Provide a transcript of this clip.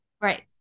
right